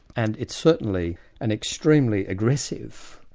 and it's certainly an extremely aggressive,